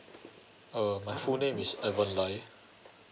uh my full name is evan lai